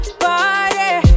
party